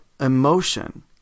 emotion